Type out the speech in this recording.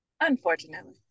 Unfortunately